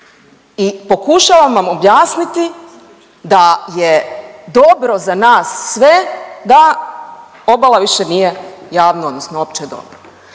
i pokušavam vam objasniti da je dobro za nas sve da obala više nije javno odnosno opće dobro.